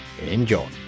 Enjoy